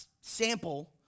sample